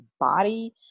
body